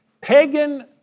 Pagan